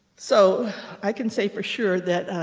so i can say for sure that